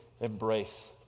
embrace